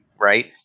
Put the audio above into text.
right